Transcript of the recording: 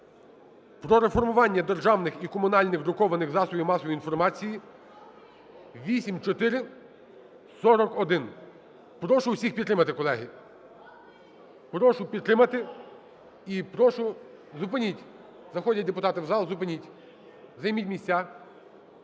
"Про реформування державних і комунальних друкованих засобів масової інформації" (8441). Прошу всіх підтримати, колеги. Прошу підтримати і прошу… Зупиніть, заходять депутати в зал, зупиніть.